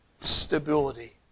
stability